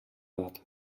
edat